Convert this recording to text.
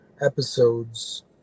episodes